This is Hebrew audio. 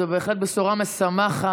זו בהחלט בשורה משמחת.